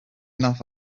enough